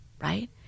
right